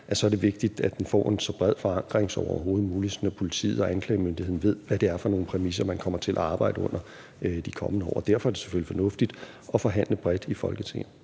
så er det vigtigt, at den får en så bred forankring som overhovedet muligt, sådan at politiet og anklagemyndigheden ved, hvad det er for nogle præmisser, man kommer til at arbejde under de kommende år. Derfor er det selvfølgelig fornuftigt at forhandle bredt i Folketinget.